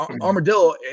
Armadillo